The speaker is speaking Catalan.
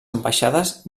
ambaixades